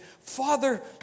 Father